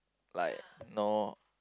like no